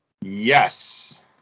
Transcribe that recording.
Yes